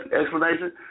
explanation